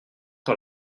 par